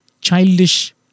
childish